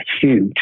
Huge